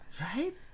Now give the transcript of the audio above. Right